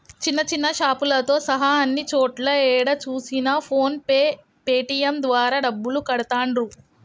చిన్న చిన్న షాపులతో సహా అన్ని చోట్లా ఏడ చూసినా ఫోన్ పే పేటీఎం ద్వారా డబ్బులు కడతాండ్రు